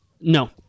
No